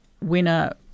winner